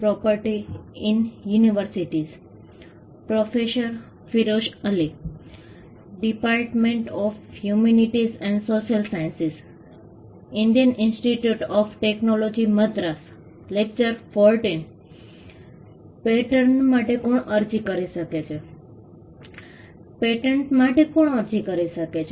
patent માટે કોણ અરજી કરી શકે છે